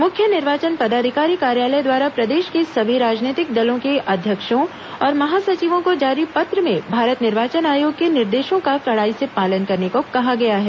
मुख्य निर्वाचन पदाधिकारी कार्यालय द्वारा प्रदेश के सभी राजनैतिक दलों के अध्यक्षों और महासचिवों को जारी पत्र में भारत निर्वाचन आयोग के निर्देशों का कड़ाई से पालन करने को कहा गया है